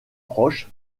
proche